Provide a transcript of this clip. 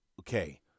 Okay